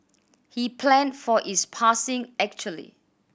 he planned for his passing actually